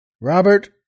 Robert